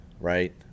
right